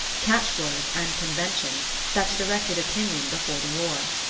catch-words and conventions that directed opinion before the war.